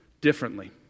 Differently